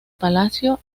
palacio